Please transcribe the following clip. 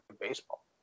baseball